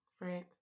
Right